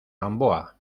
gamboa